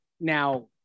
now